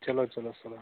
چلو چلو سلام